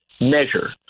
measure